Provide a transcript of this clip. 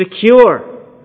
secure